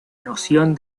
noción